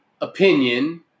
opinion